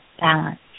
balance